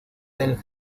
del